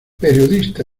periodista